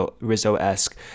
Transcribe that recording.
Rizzo-esque